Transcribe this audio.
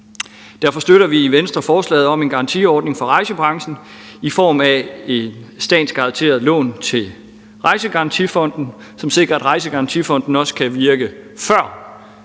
Derfor støtter vi i Venstre forslaget om en garantiordning for rejsebranchen i form af et statsgaranteret lån til Rejsegarantifonden, som sikrer, at